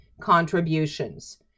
contributions